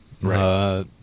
Right